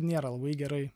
nėra labai gerai